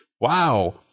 wow